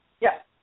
Yes